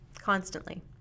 constantly